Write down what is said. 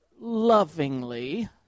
lovingly